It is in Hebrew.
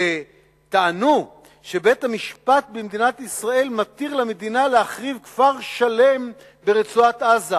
שטענו שבית-המשפט במדינת ישראל מתיר למדינה להחריב כפר שלם ברצועת-עזה.